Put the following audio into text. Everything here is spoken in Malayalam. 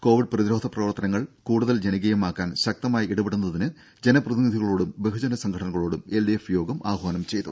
കൊവിഡ് പ്രതിരോധ പ്രവർത്തനങ്ങൾ കൂടുതൽ ജനകീയമാക്കാൻ ശക്തമായി ഇടപെടാൻ ജനപ്രതിനിധികളോടും ബഹുജന സംഘടനകളോടും എൽഡിഎഫ് യോഗം ആഹ്വാനം ചെയ്തു